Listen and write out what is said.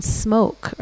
smoke